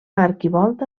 arquivolta